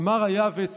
אמר היעב"ץ,